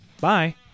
Bye